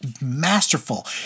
masterful